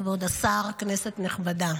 כבוד השר, כנסת נכבדה,